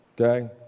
okay